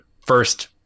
first